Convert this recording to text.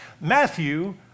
Matthew